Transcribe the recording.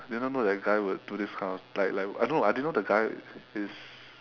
I didn't know that the guy would do this kind of like like I don't know I didn't know the guy is